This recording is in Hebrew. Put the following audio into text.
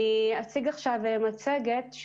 אני אציג עכשיו מצגת.